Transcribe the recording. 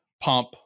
pump